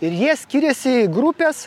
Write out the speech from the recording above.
ir jie skiriasi į grupes